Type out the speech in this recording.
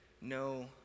no